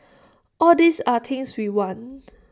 all these are things we want